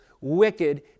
wicked